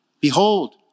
Behold